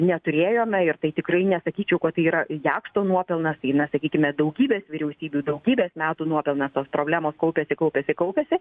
neturėjome ir tai tikrai nesakyčiau kad tai yra jakšto nuopelnas tai na sakykime daugybės vyriausybių daugybės metų nuopelnas tos problemos kaupiasi kaupiasi kaupiasi